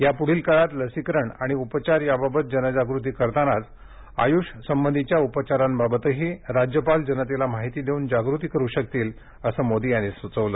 यापुढील काळात लसीकरण आणि उपचार याबाबत जनजागृती करतानाच आयुषसंबंधीच्या उपचारांबाबतही राज्यपाल जनतेला माहिती देऊन जागृती करू शकतील असं मोदी म्हणाले